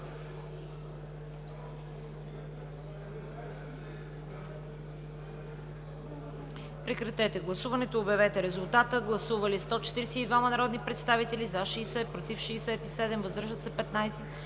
Прекратете гласуването и обявете резултата. Гласували 143 народни представители: за 105, против 38, въздържали се